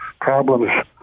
problems